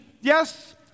yes